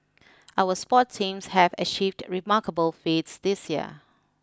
our sports teams have achieved remarkable feats this year